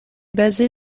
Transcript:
basée